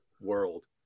world